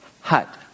hut